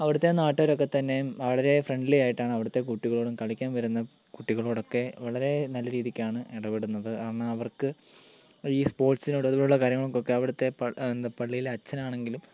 അവിടെത്തെ നാട്ടുകാരൊക്കെത്തന്നെയും വളരെ ഫ്രണ്ട്ലി ആയിട്ടാണ് അവിടെത്തെ കുട്ടികളോടും കളിക്കാൻ വരുന്ന കുട്ടികളോടൊക്കെ വളരെ നല്ല രീതിക്കാണ് ഇടപെടുന്നത് കാരണം അവർക്ക് ഈ സ്പോർട്സിനോട് അതുപോലെ ഉള്ള കാര്യങ്ങൾക്കൊക്കെ പള്ളിലച്ചൻ ആണെങ്കിലും